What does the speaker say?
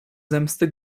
zemsty